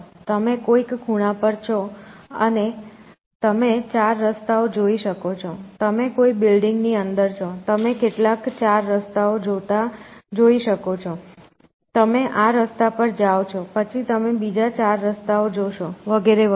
તમે કોઈક ખૂણા પર છો અને તમે ચાર રસ્તાઓ જોઈ શકો છો તમે કોઈ બિલ્ડિંગની અંદર છો તમે કેટલાક ચાર રસ્તાઓ જોતા જોઈ શકો છો તમે આ રસ્તા પર જાઓ છો પછી તમે બીજા ચાર રસ્તાઓ જોશો વગેરે વગેરે